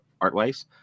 art-wise